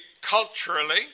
culturally